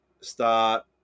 start